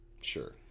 sure